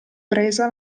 presa